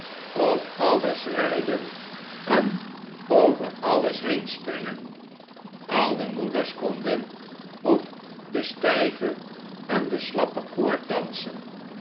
op alles rijden en over alles heen springen al de moeders konden op de stijve en de slappe koord dansen